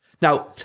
Now